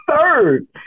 third